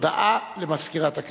הודעה למזכירת הכנסת.